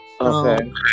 okay